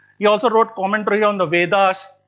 he also wrote commentary on the vedas,